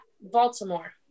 Baltimore